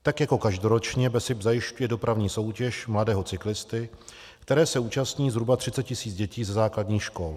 Tak jako každoročně BESIP zajišťuje dopravní soutěž Mladého cyklisty, které se účastní zhruba 30 tis. dětí ze základních škol.